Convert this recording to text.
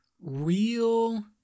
real